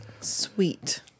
sweet